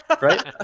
right